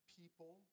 people